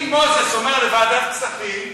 אם מוזס אומר לוועדת כספים,